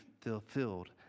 fulfilled